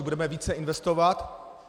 Budeme více investovat.